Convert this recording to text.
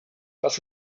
dass